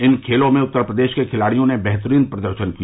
इन खेलों में उत्तर प्रदेश के खिलाड़ियों ने बेहतरीन प्रदर्शन किया